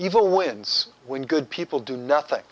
evil wins when good people do nothing